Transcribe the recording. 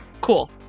Cool